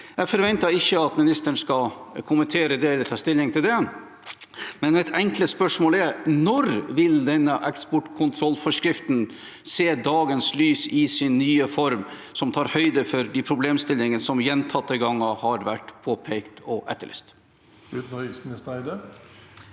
Jeg forventer ikke at ministeren skal kommentere det eller ta stilling til det, men mitt enkle spørsmål er: Når vil denne eksportkontrollforskriften se dagens lys i sin nye form, som tar høyde for de problemstillingene som gjentatte ganger har vært påpekt og etterlyst?